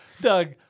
Doug